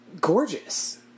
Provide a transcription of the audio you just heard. Gorgeous